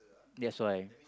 that's why